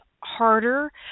harder